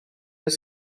dydd